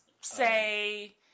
say